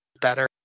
better